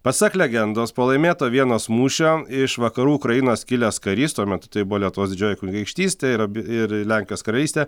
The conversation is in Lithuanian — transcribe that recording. pasak legendos po laimėto vienos mūšio iš vakarų ukrainos kilęs karys tuo metu tai buvo lietuvos didžioji kunigaikštystė ir abi ir lenkijos karalystė